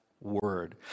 word